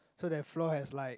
so that floor has like